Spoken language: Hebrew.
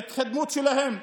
ההתקדמות שלהם,